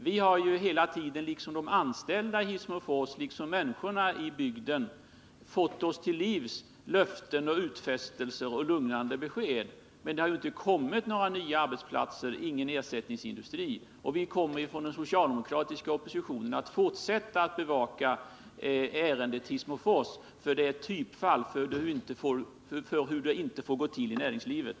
Vi har hela tiden liksom de anställda vid Hissmofors, liksom människorna i bygden, fått oss till livs löften, utfästelser och lugnande besked. Men det har inte kommit fram några nya arbetsplatser och ingen ersättningsindustri. Vi i den socialdemokratiska oppositionen kommer att fortsätta att bevaka ärendet Hissmofors, för det är ett typiskt exempel på hur det inte får gå till i näringslivet.